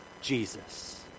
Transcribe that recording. Jesus